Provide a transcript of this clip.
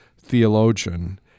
theologian